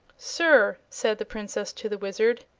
sir, said the princess to the wizard,